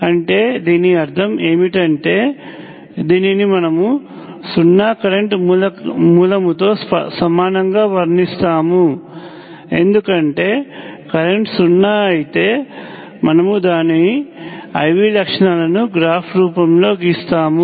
అంటే దీని అర్థం ఏమిటంటే దీనిని మనము సున్నా కరెంట్ మూలముతో సమానంగా వర్ణిస్తాము ఎందుకంటే కరెంట్ సున్నా అయితే మనము దాని IV లక్షణాలను గ్రాఫ్ రూపములో గీస్తాము